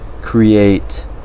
create